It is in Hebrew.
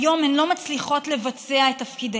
היום הן לא מצליחות לבצע את תפקידיהן,